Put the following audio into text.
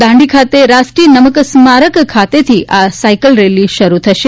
દાંડી ખાતે રાષ્ટ્રીય નમક સ્મારક ખાતેથી આ સાયકલ રેલી શરુ થશે